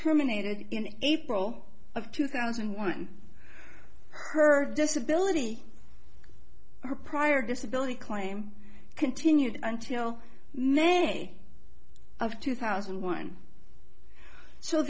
terminated in april of two thousand and one her disability or prior disability claim continued until may of two thousand and one s